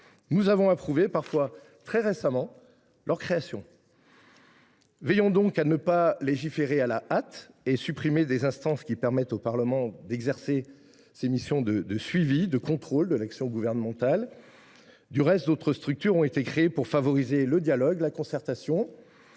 leur création, parfois très récemment. Eh oui ! Veillons donc à ne pas légiférer à la hâte, à ne pas supprimer des instances qui permettent au Parlement d’exercer ses missions de suivi et de contrôle de l’action gouvernementale. Au reste, d’autres structures ont été créées pour favoriser le dialogue et la concertation